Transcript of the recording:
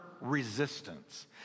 resistance